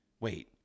Wait